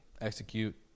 execute